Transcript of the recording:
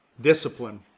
Discipline